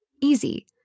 Easy